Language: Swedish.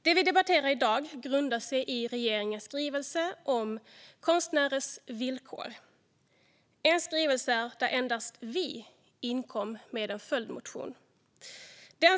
Det vi debatterar i dag grundar sig i regeringens skrivelse om konstnärers villkor, en skrivelse som endast vi inkom med en följdmotion på.